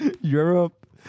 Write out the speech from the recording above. Europe